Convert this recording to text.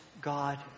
God